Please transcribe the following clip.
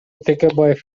текебаев